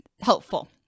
helpful